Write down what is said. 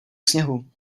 sněhu